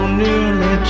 newly